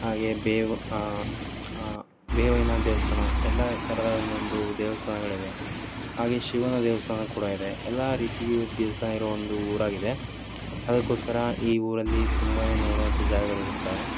ಹಾಗೆ ಬೇವು ಬೇವಿನ ದೇವಸ್ಥಾನ ಎಲ್ಲ ಥರದ ಒಂದೊಂದು ದೇವಸ್ಥಾನಗಳಿವೆ ಹಾಗೆ ಶಿವನ ದೇವಸ್ಥಾನ ಕೂಡ ಇದೆ ಎಲ್ಲ ರೀತಿಯ ದೇವಸ್ಥಾನ ಇರುವ ಒಂದು ಊರಾಗಿದೆ ಅದಕ್ಕೋಸ್ಕರ ಈ ಊರಲ್ಲಿ ತುಂಬ ನೋಡುವಂತ ಜಾಗಗಳಿರುತ್ತವೆ